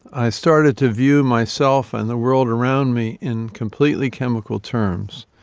i started to view myself and the world around me in completely chemical terms.